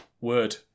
Word